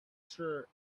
sure